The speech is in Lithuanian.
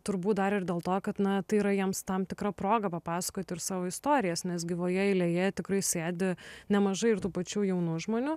turbūt dar ir dėl to kad na tai yra jiems tam tikra proga papasakoti ir savo istorijas nes gyvoje eilėje tikrai sėdi nemažai ir tų pačių jaunų žmonių